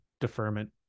deferment